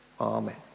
Amen